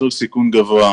מסלול סיכון גבוה.